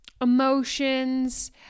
emotions